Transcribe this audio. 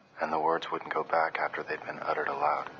and the words wouldn't go back after they had been uttered aloud.